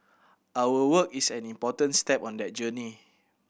our work is an important step on that journey